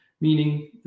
meaning